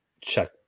check